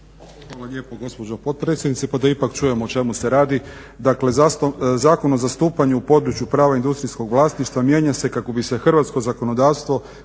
Hvala lijepa gospođo potpredsjednice. Pa da ipak čujemo o čemu se radi. Dakle Zakon o zastupanju u području prava industrijskog vlasništva mijenja se kako bi se hrvatsko zakonodavstvo